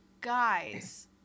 guys